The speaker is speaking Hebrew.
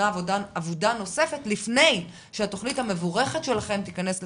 אבודה נוספת לפני שהתוכנית המבורכת שלהם תיכנס לתוקפה.